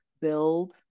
build